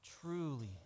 truly